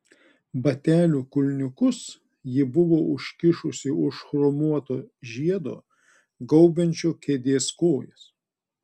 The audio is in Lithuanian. batelių kulniukus ji buvo užkišusi už chromuoto žiedo gaubiančio kėdės kojas